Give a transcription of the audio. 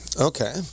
Okay